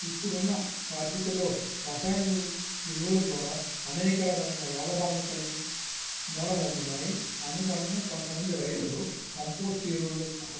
ఇప్పుడున్న పరిస్థితుల్లో రసాయనిక ఎరువుల ద్వారా అనేక రకమైన రోగ బాధితులకు మూలం అవుతున్నాయి అందుకని కొంతమంది రైతులు కంపోస్ట్ ఎరువులు